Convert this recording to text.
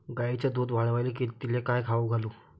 गायीचं दुध वाढवायले तिले काय खाऊ घालू?